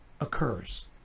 occurs